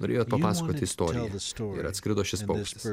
norėjot papasakoti istoriją ir atskrido šis paukštis